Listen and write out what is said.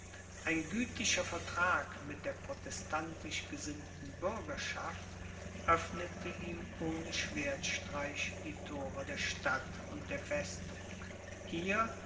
ein gütlicher vertrag mit der protestantisch gesinnten bürgerschaft öffnete ihm ohne schwertstreich die thore der stadt und der festung hier